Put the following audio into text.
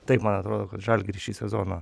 taip man atrodo kad žalgiris šį sezoną